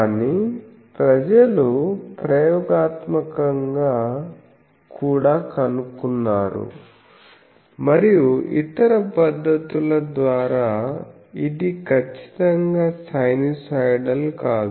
కానీ ప్రజలు ప్రయోగాత్మకంగా కూడా కనుగొన్నారు మరియు ఇతర పద్ధతుల ద్వారా ఇది ఖచ్చితంగా సైనూసోయిడల్ కాదు